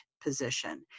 position